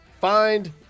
find